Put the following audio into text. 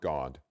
God